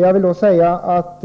Jag vill då säga att